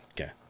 Okay